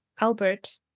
Albert